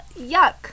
yuck